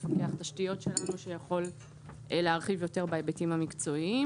מפקח תשתיות שלנו שיכול להרחיב יותר בהיבטים המקצועיים.